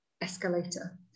escalator